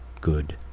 good